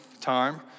time